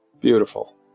Beautiful